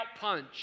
punch